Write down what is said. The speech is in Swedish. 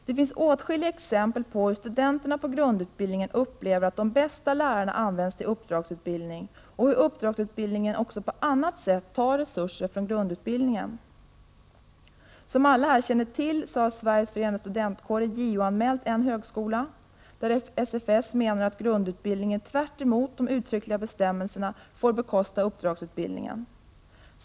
Det finns åtskilliga exempel på hur studenterna i grundutbildningen upplever att de bästa lärarna används till uppdragsutbildning och hur uppdragsutbildningen på annat sätt tar resurser från grundutbildningen. Som alla känner till, har Sveriges förenade studentkårer JO-anmält en högskola, där SFS menar att grundutbildningen tvärtemot de uttryckliga bestämmelserna, får bekosta uppdragsutbildningen.